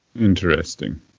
interesting